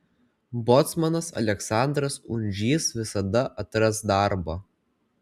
bocmanas aleksandras undžys visada atras darbo